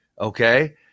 okay